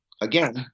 again